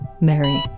Mary